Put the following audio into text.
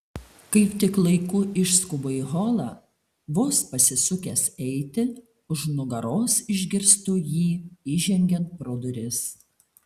kaip tik laiku išskubu į holą vos pasisukęs eiti už nugaros išgirstu jį įžengiant pro duris